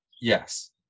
Yes